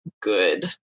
Good